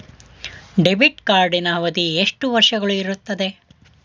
Debit ಕಾರ್ಡಿನ ಅವಧಿ ಎಷ್ಟು ವರ್ಷಗಳು ಇರುತ್ತದೆ?